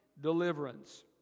deliverance